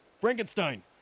Frankenstein